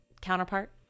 counterpart